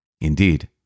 Indeed